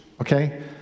okay